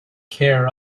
care